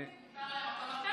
יש עתיד, מותר להם הכול.